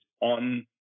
on